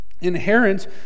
inherent